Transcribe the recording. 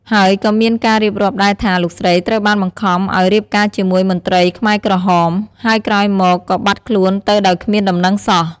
ហើយក៏មានការរៀបរាប់ដែលថា លោកស្រីត្រូវបានបង្ខំឱ្យរៀបការជាមួយមន្ត្រីខ្មែរក្រហម ហើយក្រោយមកក៏បាត់ខ្លួនទៅដោយគ្មានដំណឹងសោះ។